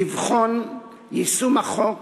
לבחון יישום החוק